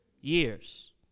years